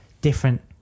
different